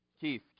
Keith